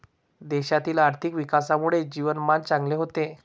देशातील आर्थिक विकासामुळे जीवनमान चांगले होते